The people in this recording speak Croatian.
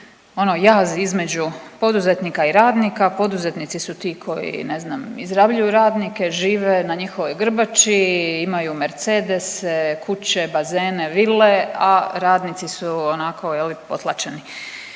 ono jaz između poduzetnika i radnika, poduzetnici su ti koji ne znam izrabljuju radnike, žive na njihovoj grbači, imaju Mercedese, kuće, bazene, vile, a radnici su onako je li potlačeni